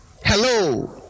hello